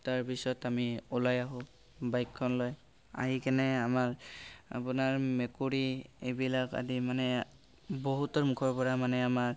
তাৰপিছত আমি ওলাই আহোঁ বাইকখন লৈ আহি কেনে আমাৰ আপোনাৰ মেকুৰী এইবিলাক আদি মানে বহুতৰ মুখৰ পৰা মানে আমাৰ